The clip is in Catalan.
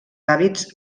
hàbits